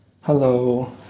Hello